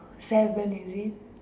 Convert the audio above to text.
seven is it